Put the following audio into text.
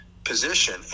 Position